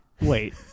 Wait